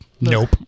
Nope